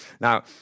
Now